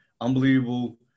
unbelievable